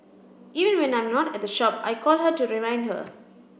even when I'm not at the shop I call her to remind her